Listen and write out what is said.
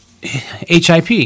HIP